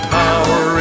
power